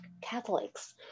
Catholics